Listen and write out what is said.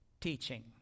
teaching